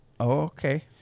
Okay